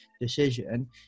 decision